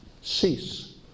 cease